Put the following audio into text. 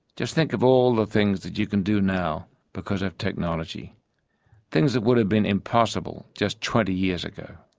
just think of all the things that you can do now because of technology things that would have been impossible just twenty years ago.